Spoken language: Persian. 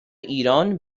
ایران